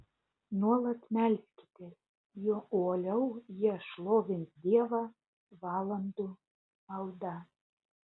nuolat melskitės juo uoliau jie šlovins dievą valandų malda